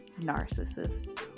narcissist